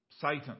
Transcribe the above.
Satan